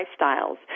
lifestyles